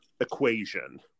equation